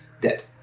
Dead